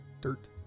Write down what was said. dirt